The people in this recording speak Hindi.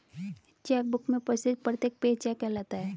चेक बुक में उपस्थित प्रत्येक पेज चेक कहलाता है